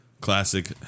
classic